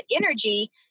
energy